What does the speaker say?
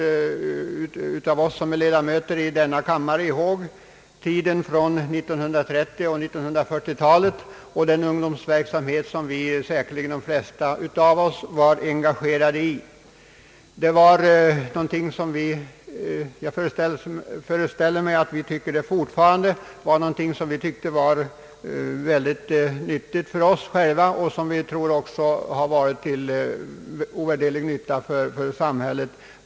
Många av oss som är ledamöter i denna kammare kommer säkert ihåg 1930 och 1940 talen och den ungdomsverksamhet som de flesta av oss då var engagerade i. Jag föreställer mig att vi tyckte — och fortfarande tycker — att denna verksamhet var mycket nyttig för oss själva, och den var till ovärderlig nytta för samhället.